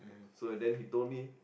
so and then he told me